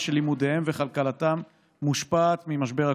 שלימודיהם וכלכלתם מושפעים ממשבר הקורונה.